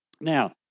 Now